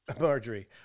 Marjorie